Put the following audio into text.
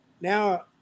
Now